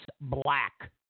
Black